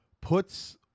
puts